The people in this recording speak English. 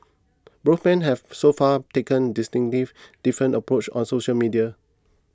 both men have so far taken distinctively different approaches on social media